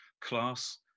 class